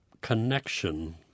connection